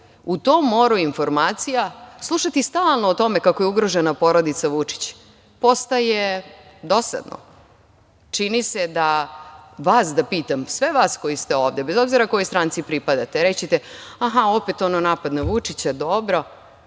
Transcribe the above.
tom moru informacija, slušati stalno o tome kako je ugrožena porodica Vučić, postaje dosadno. Čini se, vas da pitam, bez obzira kojoj stranci pripadate, reći ćete – aha, opet ono, napad na Vučića. Dobro.